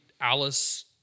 Alice